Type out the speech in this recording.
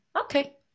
okay